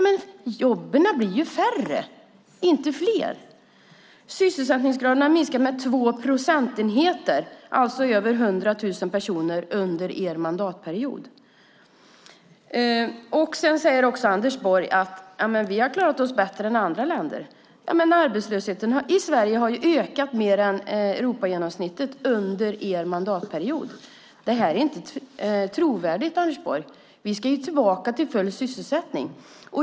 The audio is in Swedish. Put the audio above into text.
Men antalet jobb blir färre, inte fler. Sysselsättningsgraden har minskat med 2 procentenheter, alltså över 100 000 personer under er mandatperiod. Anders Borg säger att Sverige har klarat sig bättre än andra länder. Men arbetslösheten i Sverige har ökat mer än Europagenomsnittet under er mandatperiod. Det är inte trovärdigt, Anders Borg. Vi ska tillbaka till full sysselsättning.